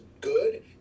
good